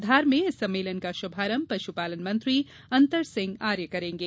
धार में इस सम्मेलन का शुभारंभ पशुपालन मंत्री अंतर सिंह आर्य करेंगे